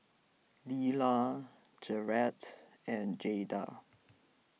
Lelia Jarrett and Jayda